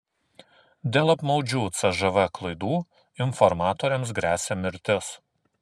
dėl apmaudžių cžv klaidų informatoriams gresia mirtis